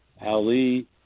Ali